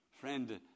Friend